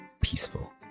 peaceful